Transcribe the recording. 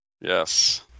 Yes